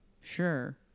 Sure